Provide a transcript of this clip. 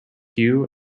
queue